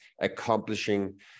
accomplishing